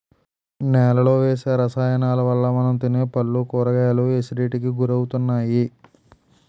నేలలో వేసే రసాయనాలవల్ల మనం తినే పళ్ళు, కూరగాయలు ఎసిడిటీకి గురవుతున్నాయి